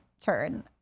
turn